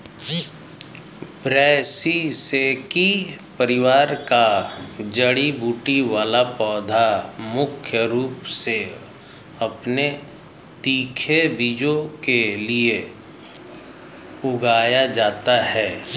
ब्रैसिसेकी परिवार का जड़ी बूटी वाला पौधा मुख्य रूप से अपने तीखे बीजों के लिए उगाया जाता है